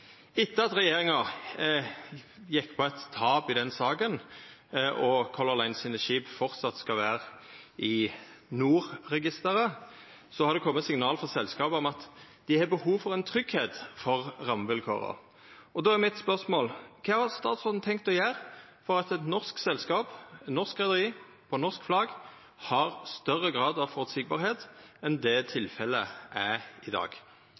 Etter at regjeringa gjekk på eit tap i den saka og skipa til Color Line framleis skal vera i NOR-registeret, har det kome signal frå selskapet om at dei har behov for tryggleik for rammevilkåra. Då er mitt spørsmål: Kva har statsråden tenkt å gjera for at eit norsk selskap, eit norsk reiarlag under norsk flagg, i større grad har det føreseieleg enn tilfellet er i dag?